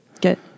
Good